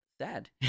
sad